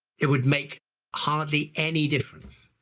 it would make hardly any difference.